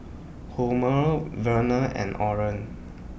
Homer Vernal and Oren